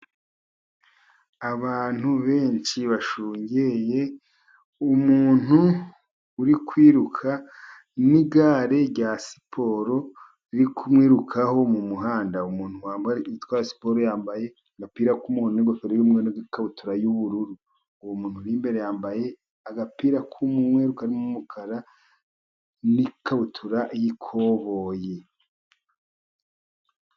Abantu benshi bashungeye umuntu uri kwiruka n'igare rya siporo riri kumwirukaho mu muhanda. Umuntu wambaye utwaye irya siporo, yambaye agapira k'umuhondo n'ingofero y'umweru n'ikabutura y'ubururu. Uwo muntu uri imbere yambaye agapira k'umweru karimo n'umukara n'ikabutura y'ikoboyi.